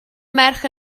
merch